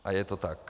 A je to tak.